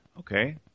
Okay